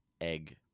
egg